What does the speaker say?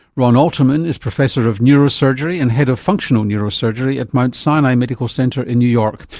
ron alterman is professor of neurosurgery and head of functional neurosurgery at mount sinai medical center in new york.